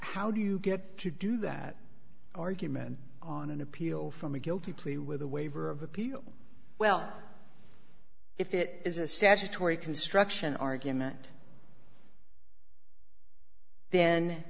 how do you get to do that argument on an appeal from a guilty plea with a waiver of appeal well if it is a statutory construction argument then